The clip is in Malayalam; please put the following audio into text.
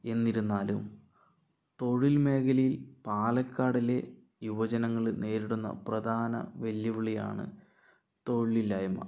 എന്നിരുന്നാലും തൊഴിൽ മേഖലയിൽ പാലക്കാടില് യുവജനങ്ങള് നേരിടുന്ന പ്രധാന വെല്ലുവിളിയാണ് തൊഴിൽ ഇല്ലായ്മ